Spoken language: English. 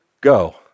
go